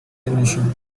generation